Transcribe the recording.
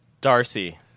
darcy